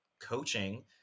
coaching